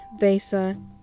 Vesa